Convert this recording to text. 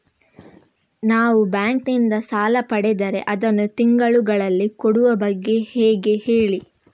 ನಾವು ಬ್ಯಾಂಕ್ ನಿಂದ ಸಾಲ ಪಡೆದರೆ ಅದನ್ನು ತಿಂಗಳುಗಳಲ್ಲಿ ಕೊಡುವ ಬಗ್ಗೆ ಹೇಗೆ ಹೇಳಿ